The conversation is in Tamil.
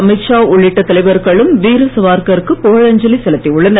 அமித்ஷா உள்ளிட்ட தலைவர்களும் வீர சாவர்கருக்கு புகழஞ்சலி செலுத்தி உள்ளனர்